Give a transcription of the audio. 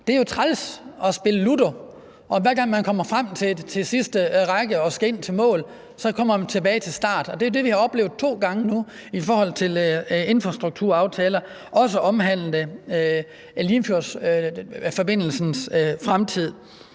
Det er jo træls at spille ludo, og at man, hver gang man kommer frem til den sidste række og skal ind til mål, kommer tilbage til start, og det er jo det, som vi nu har oplevet to gange i forhold til infrastrukturaftaler, også omhandlende Limfjordsforbindelsens fremtid.